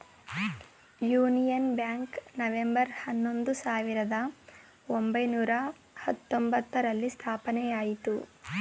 union Bank November ಹನ್ನೊಂದು, ಸಾವಿರದ ಒಂಬೈನೂರ ಹತ್ತೊಂಬ್ತರಲ್ಲಿ ಸ್ಥಾಪನೆಯಾಯಿತು